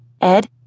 Ed